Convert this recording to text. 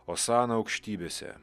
osana aukštybėse